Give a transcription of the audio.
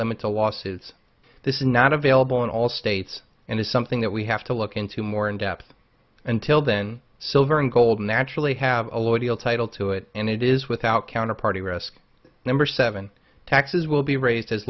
limits a loss is this is not available in all states and is something that we have to look into more in depth until then silver and gold naturally have a lawyer deal title to it and it is without counterparty risk number seven taxes will be raised as